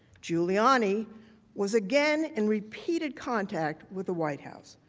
giuliani was again in repeated contact with the white house.